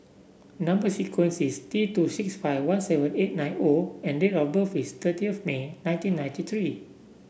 number sequence is T two six five one seven eight nine O and date of birth is thirty May nineteen ninety three